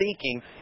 seeking